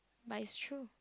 but is true